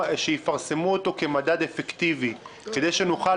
שיפרסמו אותו כמדד אפקטיבי כדי שנוכל